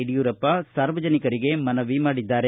ಯಡಿಯೂರಪ್ಪ ಸಾರ್ವಜನಿಕರಿಗೆ ಮನವಿ ಮಾಡಿದ್ದಾರೆ